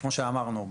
כמו שאמרנו,